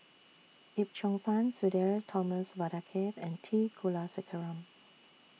Yip Cheong Fun Sudhir Thomas Vadaketh and T Kulasekaram